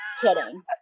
kidding